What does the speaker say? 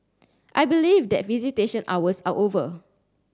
I believe that visitation hours are over